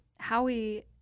Howie